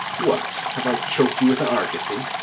what, have i chok'd you with an argosy?